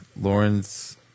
Lawrence